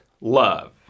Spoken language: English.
love